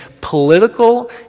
political